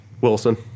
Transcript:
Wilson